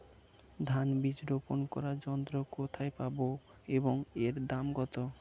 ধান বীজ রোপন করার যন্ত্র কোথায় পাব এবং এর দাম কত?